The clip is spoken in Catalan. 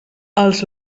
els